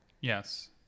Yes